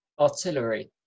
Artillery